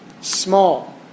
Small